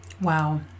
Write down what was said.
Wow